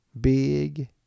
Big